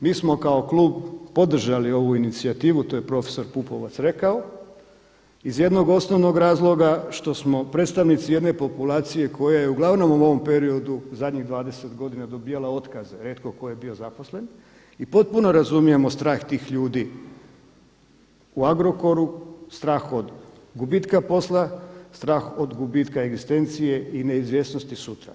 Mi smo kao klub podržali ovu inicijativu, to je profesor Pupovac rekao, iz jednog osnovnog razloga što smo predstavnici jedne populacije koja je uglavnom u ovom periodu zadnjih 20 godina dobijala otkaze, rijetko tko je bio zaposlen i potpuno razumijemo strah tih ljudi u Agrokoru, strah od gubitka posla, strah od gubitka egzistencije i neizvjesnosti sutra.